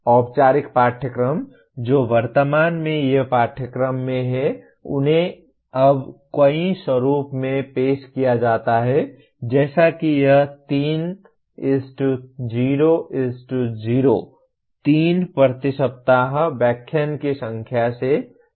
औपचारिक पाठ्यक्रम जो वर्तमान में ये पाठ्यक्रम हैं उन्हें अब कई स्वरूपों में पेश किया जाता है जैसे कि यह 3 0 0 3 प्रति सप्ताह व्याख्यान की संख्या से मेल खाता है